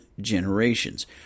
generations